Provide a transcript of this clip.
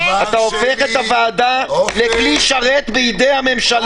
אתה הופך את הוועדה לכלי שרת בידי הממשלה.